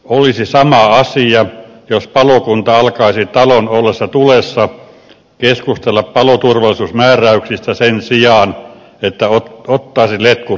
olisi sama asia jos palokunta alkaisi talon ollessa tulessa keskustella paloturvallisuusmääräyksistä sen sijaan että ottaisi letkut esille